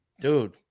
Dude